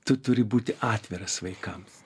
tu turi būti atviras vaikams